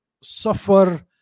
suffer